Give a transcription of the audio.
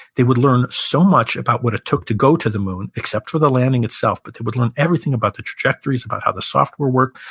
they would learn so much about what it took to go to the moon, except for the landing itself, but they would learn everything about the trajectories, about how the software worked,